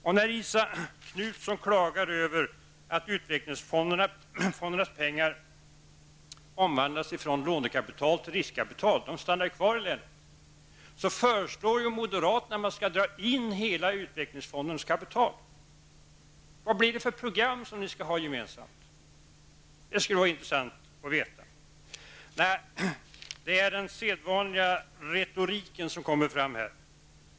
Samtidigt som Isa Halvarsson klagar över att utvecklingsfondernas pengar omvandlas från lånekapital till riskkapital -- de stannar ju kvar i länen -- föreslår moderaterna att man skall dra in utvecklingsfondernas kapital i dess helhet. Vad blir det för program som ni skall ha gemensamt? Det skulle vara intressant att veta. Nej, det är den sedvanliga retoriken som kommer fram här.